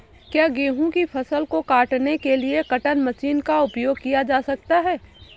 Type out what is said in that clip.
क्या गेहूँ की फसल को काटने के लिए कटर मशीन का उपयोग किया जा सकता है?